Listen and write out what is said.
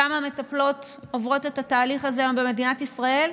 כמה מטפלות עוברות את התהליך הזה היום במדינת ישראל?